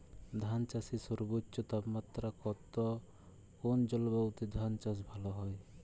ধান চাষে সর্বোচ্চ তাপমাত্রা কত কোন জলবায়ুতে ধান চাষ ভালো হয়?